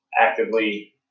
actively